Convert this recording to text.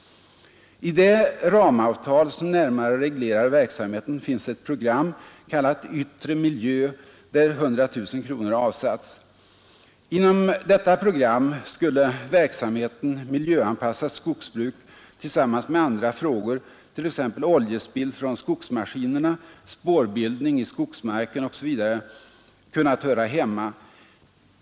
I det ramavtal som närmare reglerar verksamheten finns ett program kallat ”yttre miljö”, där 100 000 kronor avsatts. Inom detta program skulle verksamheten ”miljöanpassat skogsbruk” tillsammans med andra frågor, t.ex. oljespill från skogsmaskinerna, spårbildning i skogsmarken osv., kunnat höra hemma.